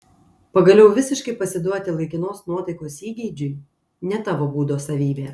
pagaliau visiškai pasiduoti laikinos nuotaikos įgeidžiui ne tavo būdo savybė